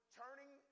turning